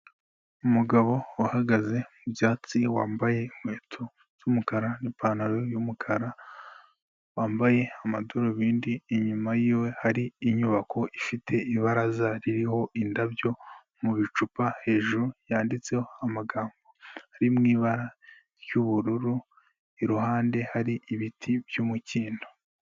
Umugabo uhagaze mu byatsi wambaye inkweto z'umukara n'ipantaro y'umukara, wambaye amadorubindi inyuma hari inyubako ifite ibaraza ririho indabyo mubicupa hejuru yanditseho amagambo ari mu ibara ry'ubururu iruhande hari ibiti by'umukindo.